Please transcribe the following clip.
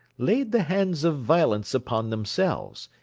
laid the hands of violence upon themselves,